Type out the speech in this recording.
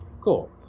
Cool